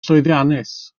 llwyddiannus